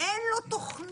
אין לו תוכנית,